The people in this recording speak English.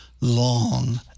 long